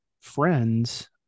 friends